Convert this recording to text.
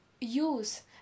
use